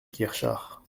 guerchard